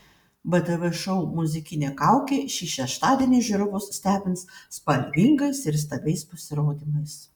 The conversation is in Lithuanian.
btv šou muzikinė kaukė šį šeštadienį žiūrovus stebins spalvingais ir įstabiais pasirodymais